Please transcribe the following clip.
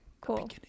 Cool